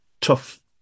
tough